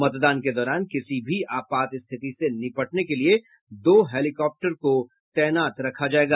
मतदान के दौरान किसी भी आपात स्थिति से निपटने के लिए दो हेलीकॉप्टर को तैनात रखा जायेगा